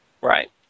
Right